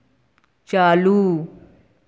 चालू